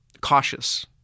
cautious